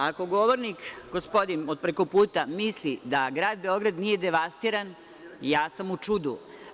Ako govornik, gospodin od prekoputa, misli da grad Beograd nije devastiran, ja sam u čudu.